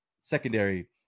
secondary